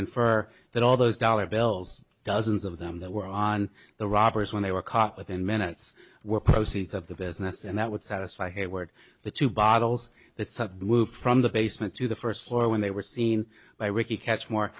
infer that all those dollar bills dozens of them that were on the robbers when they were caught within minutes were proceeds of the business and that would satisfy hayward the two bottles that some moved from the basement to the first floor when they were seen by ricky catch more